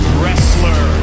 wrestler